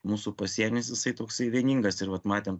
mūsų pasienis jisai toksai vieningas ir vat matėm